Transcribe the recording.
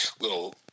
little